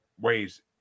ways